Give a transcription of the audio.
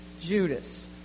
Judas